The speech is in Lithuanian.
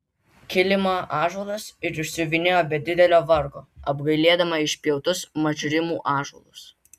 kilimą ąžuolas ir išsiuvinėjo be didelio vargo apgailėdama išpjautus mažrimų ąžuolus